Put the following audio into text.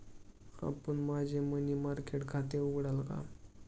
आपण माझे money market खाते उघडाल का?